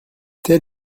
tel